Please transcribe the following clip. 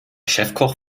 chefkoch